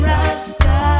Rasta